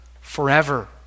forever